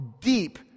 deep